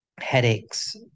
headaches